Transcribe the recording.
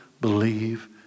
believe